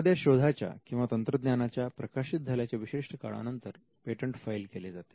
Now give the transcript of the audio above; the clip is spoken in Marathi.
एखाद्या शोधाच्या किंवा तंत्रज्ञानाच्या प्रकाशित झाल्याच्या विशिष्ट काळानंतर पेटंट फाईल केले जाते